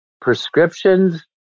prescriptions